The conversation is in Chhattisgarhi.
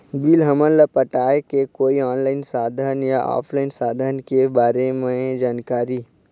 बिल हमन ला पटाए के कोई ऑनलाइन साधन या ऑफलाइन साधन के बारे मे जानकारी?